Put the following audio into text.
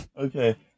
Okay